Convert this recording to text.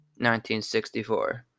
1964